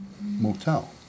motel